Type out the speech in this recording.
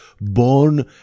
born